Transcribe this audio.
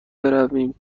برویم